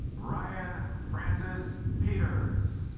ryan francis peters